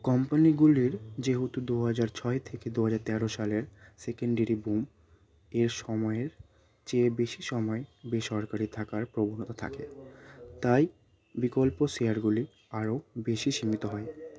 কোম্পানিগুলির যেহেতু দু হাজার ছয় থেকে দু হাজার তেরো সালের সেকেন্ডেরি বোম এর সময়ের চেয়ে বেশি সময় বেসরকারি থাকার প্রবণতা থাকে তাই বিকল্প শেয়ারগুলি আরও বেশি সীমিত হয়